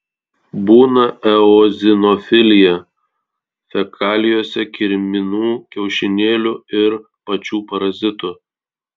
būna eozinofilija fekalijose kirminų kiaušinėlių ir pačių parazitų